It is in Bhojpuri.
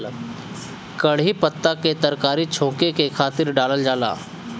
कढ़ी पत्ता के तरकारी छौंके के खातिर डालल जाला